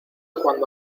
cuando